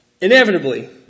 Inevitably